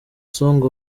song